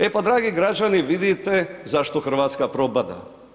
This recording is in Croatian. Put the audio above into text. E pa dragi građani vidite zašto Hrvatska propada.